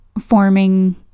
forming